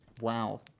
Wow